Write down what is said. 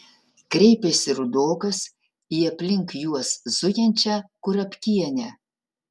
kreipėsi rudokas į aplink juos zujančią kurapkienę